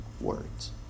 words